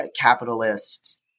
capitalist